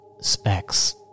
Specs